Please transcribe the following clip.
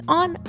on